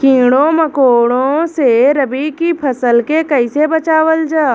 कीड़ों मकोड़ों से रबी की फसल के कइसे बचावल जा?